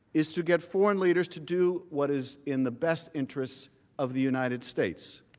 is to get foreign leaders to do what is in the best interest of the united states.